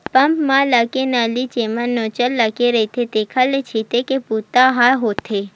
pump म लगे नली जेमा नोजल लगे रहिथे तेखरे ले छितई के बूता ह होथे